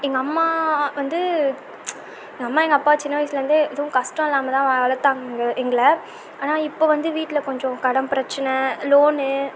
எங்கள் அம்மா வந்து எங்கள் அம்மா எங்கள் அப்பா சின்ன வயசுலேருந்தே எதுவும் கஷ்டமில்லாமல் தான் வளர்த்தாங்க எங்களை ஆனால் இப்போ வந்து வீட்டில் கொஞ்சம் கடன் பிரச்சனை லோன்னு